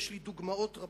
יש לי דוגמאות רבות,